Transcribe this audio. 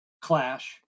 clash